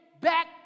back